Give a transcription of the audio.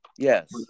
Yes